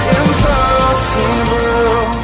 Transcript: impossible